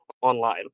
online